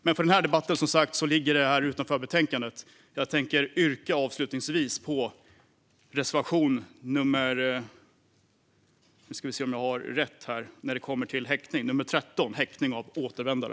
Men detta ligger som sagt utanför detta betänkande och denna debatt. Jag yrkar avslutningsvis bifall till reservation 13 om häktning av återvändare.